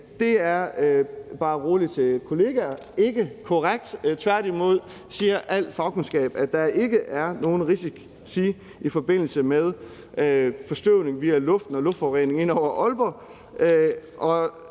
det er ikke korrekt. Tværtimod siger al fagkundskab, at der ikke er nogen risici i forbindelse med forstøvning via luften og luftforurening ind over Aalborg.